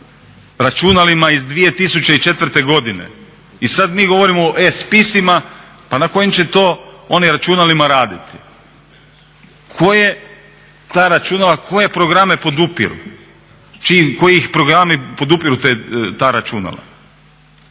računalima iz 2004.godine i sada mi govorimo o e-spisima. Pa na kojim će to oni računalima raditi? Koje programe podupiru ta računala?